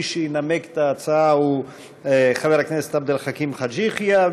מי שינמק את ההצעה הוא חבר הכנסת עבד אל חכים חאג' יחיא,